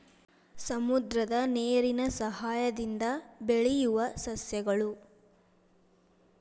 ಸಮುದ್ರದ ನೇರಿನ ಸಯಹಾಯದಿಂದ ಬೆಳಿಯುವ ಸಸ್ಯಗಳು